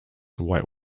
white